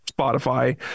Spotify